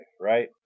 right